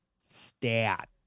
stat